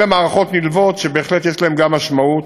אלה מערכות נלוות שבהחלט יש להן משמעות